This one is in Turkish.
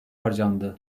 harcandı